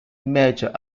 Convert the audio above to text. major